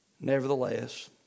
Nevertheless